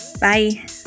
Bye